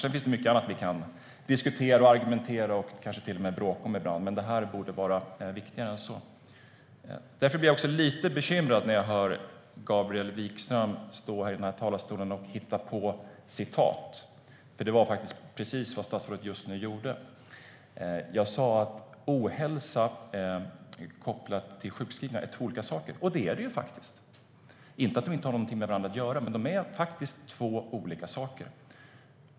Sedan finns det mycket annat som vi kan diskutera, argumentera och kanske till och med bråka om ibland. Men detta borde vara viktigare än så. Därför blir jag lite bekymrad när jag hör Gabriel Wikström stå i denna talarstol och hitta på vad jag har sagt. Det var nämligen det som statsrådet just nu gjorde. Jag sa att ohälsa kopplat till sjukskrivningar är två olika saker - det är det faktiskt - inte att de inte har någonting med varandra att göra. Men det är faktiskt två olika saker.